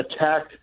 attack